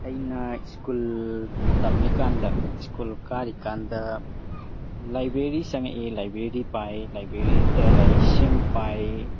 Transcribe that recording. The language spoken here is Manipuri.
ꯑꯩꯅ ꯁ꯭ꯀꯨꯜ ꯇꯝꯂꯤꯀꯥꯟꯗ ꯁ꯭ꯀꯨꯜ ꯀꯥꯔꯤꯀꯥꯟꯗ ꯂꯥꯏꯕ꯭ꯔꯦꯔꯤ ꯆꯪꯉꯛꯑꯦ ꯂꯥꯏꯕ꯭ꯔꯦꯔꯤ ꯄꯥꯏ ꯂꯥꯏꯕ꯭ꯔꯦꯔꯤꯗ ꯂꯥꯏꯔꯤꯛꯁꯤꯡ ꯄꯥꯏ